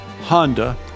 Honda